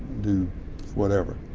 do whatever.